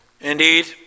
Indeed